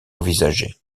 envisagé